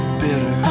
bitter